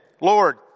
Lord